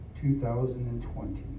2020